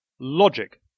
logic